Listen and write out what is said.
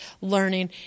learning